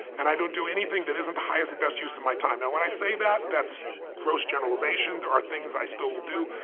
and i don't do anything that isn't the highest and best use of my time. now, when i say that, that's gross generalization. there are things i still do.